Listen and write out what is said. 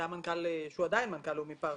מנכ"ל לאומי פרטנרס,